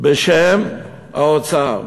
בשם האוצר: